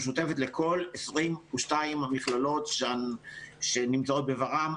משותפת לכל 22 המכללות שנמצאות בור"מ.